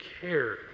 care